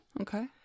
Okay